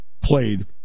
played